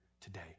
today